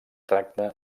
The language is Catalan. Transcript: tracta